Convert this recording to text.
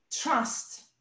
trust